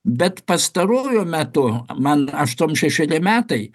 bet pastaruoju metu man aštuom šešeri metai